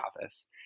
office